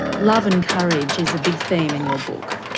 love and courage is a big theme in your book.